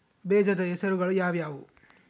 ಬೇಜದ ಹೆಸರುಗಳು ಯಾವ್ಯಾವು?